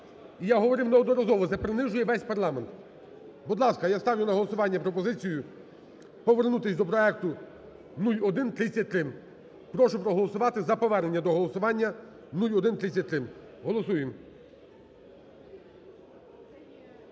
я говорив неодноразово, це принижує весь парламент. Будь ласка, я ставлю на голосування пропозицію повернутись до проекту 0133. Прошу проголосувати за повернення до голосування 0133. Голосуємо.